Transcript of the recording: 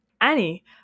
Annie